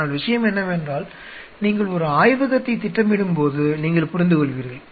ஆனால் விஷயம் என்னவென்றால் நீங்கள் ஒரு ஆய்வகத்தைத் திட்டமிடும்போது நீங்கள் புரிந்துகொள்வீர்கள்